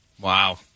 Wow